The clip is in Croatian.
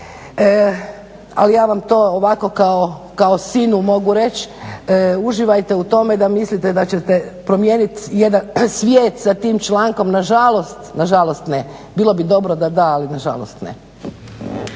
ali ja vam to ovako kao sinu mogu reći, uživajte u tome da mislite da ćete promijeniti svijet sa tim člankom, nažalost ne. Bilo bi dobro da da, ali nažalost ne.